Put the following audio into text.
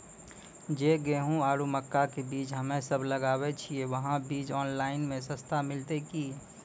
जे गेहूँ आरु मक्का के बीज हमे सब लगावे छिये वहा बीज ऑनलाइन मे सस्ता मिलते की?